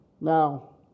Now